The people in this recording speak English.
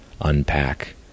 unpack